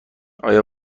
آیا